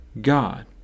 God